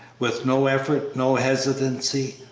with no effort, no hesitancy,